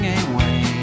away